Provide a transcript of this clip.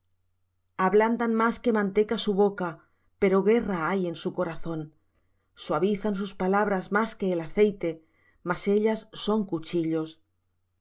ablandan más que manteca su boca pero guerra hay en su corazón suavizan sus palabras más que el aceite mas ellas son cuchillos